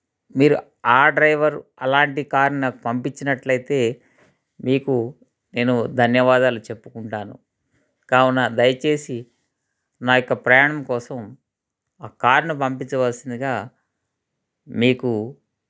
మీరు ఆ డ్రైవర్ అలాంటి కార్ నాకు పంపించినట్లయితే మీకు నేను ధన్యవాదాలు చెప్పుకుంటాను కావున దయచేసి నా యొక్క ప్రయాణం కోసం ఆ కార్ని పంపించవలసిందిగా మీకు